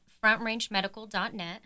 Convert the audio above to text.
FrontRangeMedical.net